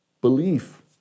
Belief